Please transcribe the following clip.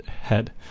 head